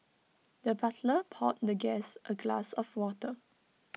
the butler poured the guest A glass of water